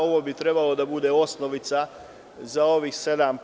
Ovo bi trebalo da bude osnovica za ovih 7%